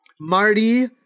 Marty